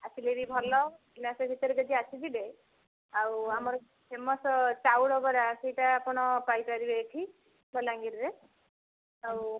ଆସିଲେ ବି ଭଲ ଦୁଇମାସ ଭିତରେ ଯଦି ଆସିଯିବେ ଆଉ ଆମର ଫେମସ୍ ଚାଉଳ ବରା ସେଇଟା ଆପଣ ପାଇପାରିବେ ଏଇଠି ବଲାଙ୍ଗୀରିରେ ଆଉ